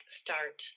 start